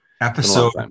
Episode